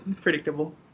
predictable